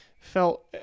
felt